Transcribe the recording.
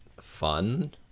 fun